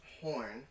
horn